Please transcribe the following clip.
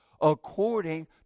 according